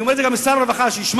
אני אומר את זה גם לשר הרווחה, שישמע,